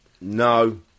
No